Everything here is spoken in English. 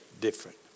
different